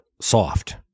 soft